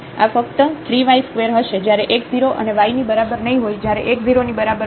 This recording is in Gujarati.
તેથી આ ફક્ત 3 y ² હશે જ્યારે x 0 અને 0 ની બરાબર નહીં હોય જ્યારે x 0 ની બરાબર હોય